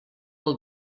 del